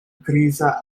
griza